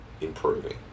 improving